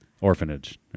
orphanage